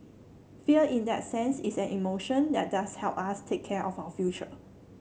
fear in that sense is an emotion that does help us take care of our future